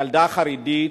ילדה חרדית,